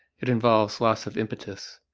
it involves loss of impetus.